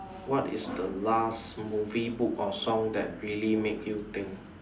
what is the last movie book or song that really make you think